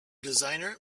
designer